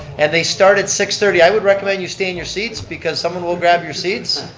and they start at six thirty. i would recommend you stay in your seats because someone will grab your seats.